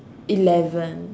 eleven